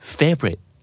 favorite